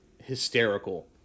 hysterical